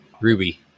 Ruby